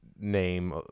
name